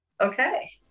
Okay